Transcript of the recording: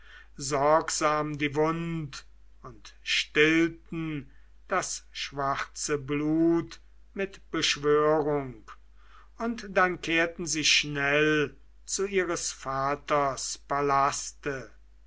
sorgsam die wund und stillten das schwarze blut mit beschwörung und dann kehrten sie schnell zu ihres vaters